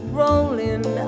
rolling